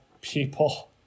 people